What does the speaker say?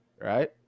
right